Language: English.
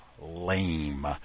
Lame